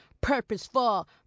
purposeful